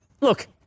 Look